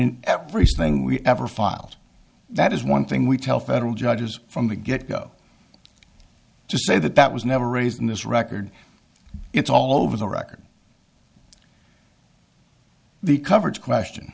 everything we ever filed that is one thing we tell federal judges from the get go to say that that was never raised in this record it's all over the record the coverage question